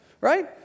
Right